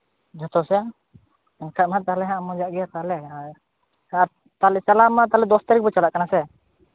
ᱡᱷᱚᱛᱚ ᱥᱮᱫ ᱚᱱᱠᱟ ᱠᱷᱟᱱ ᱛᱟᱦᱚᱞᱮ ᱢᱚᱡᱟᱜ ᱜᱮᱭᱟ ᱛᱟᱦᱞᱮ ᱟᱨ ᱛᱟᱦᱚᱞᱮ ᱪᱟᱞᱟᱣ ᱢᱟ ᱛᱟᱦᱚᱞᱮ ᱫᱚᱥ ᱛᱟᱹᱨᱤᱠᱷ ᱵᱚᱱ ᱪᱟᱞᱟᱜ ᱠᱟᱱᱟ ᱥᱮ